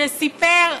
שסיפר,